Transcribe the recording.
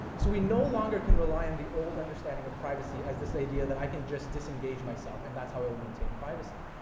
so we know longer can rely on the old understanding of privacy as this idea that i can just disengage myself and that's how i'll maintain privacy.